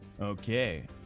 Okay